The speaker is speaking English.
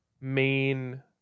main